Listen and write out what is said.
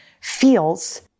feels